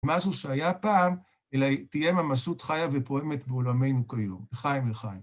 משהו שהיה פעם אלא תהיה ממשות חיה ופועמת בעולמנו כלינו, לחיים ולחיים.